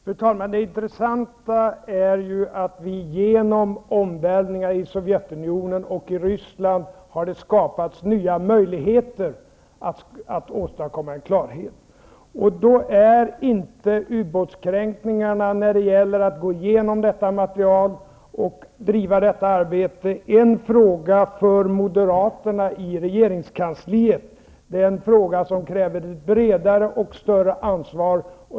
Fru talman! Det intressanta är att det genom omvälvningar i Sovjetunionen och i Ryssland har skapats nya möjligheter att åstadkomma en klarhet. Då är inte ubåtskränkningarna, att gå igenom detta material och driva detta arbete, en fråga för moderaterna i regeringskansliet. Det är en fråga som kräver ett bredare och större ansvar.